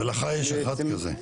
ולך יש אחד כזה.